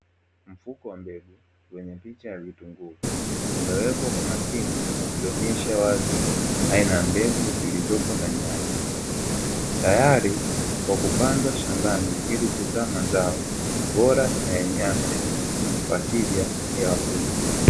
Mfuko wa mbegu wenye picha ya vitunguu, umewekwa kwa makini ukionesha wazi aina ya mbegu zilizopo ndani yake. Tayari kwa kupandwa shambani, ili kuzaa mazao bora na yenye afya, kwa tija ya wakulima.